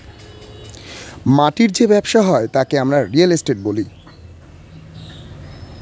মাটির যে ব্যবসা হয় তাকে আমরা রিয়েল এস্টেট বলি